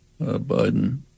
Biden